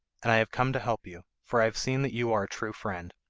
and i have come to help you, for i have seen that you are a true friend.